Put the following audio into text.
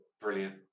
brilliant